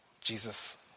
Jesus